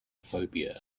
phobia